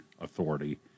authority